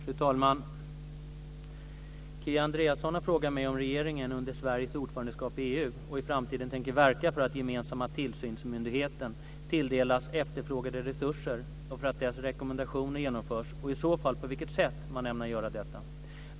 Fru talman! Kia Andreasson har frågat mig om regeringen, under Sveriges ordförandeskap i EU och i framtiden, tänker verka för att Gemensamma tillsynsmyndigheten tilldelas efterfrågade resurser och för att dess rekommendationer genomförs, och i så fall på vilket sätt man ämnar göra detta.